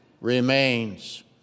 remains